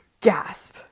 gasp